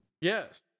Yes